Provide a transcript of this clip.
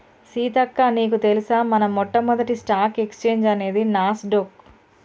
సీతక్క నీకు తెలుసా మన మొట్టమొదటి స్టాక్ ఎక్స్చేంజ్ అనేది నాస్ డొక్